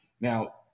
Now